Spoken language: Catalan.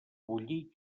bullir